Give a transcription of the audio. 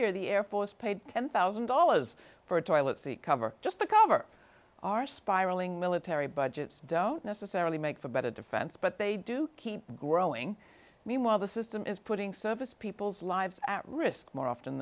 year the air force paid ten one thousand dollars for a toilet seat cover just to cover our spiraling military budgets don't necessarily make for better defense but they do keep growing meanwhile the system is putting service people's lives at risk more often